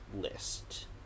list